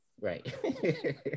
right